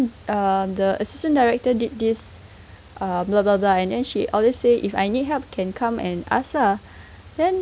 err the assistant director did this err blah blah blah and then she always say if I need help can come and ask ah then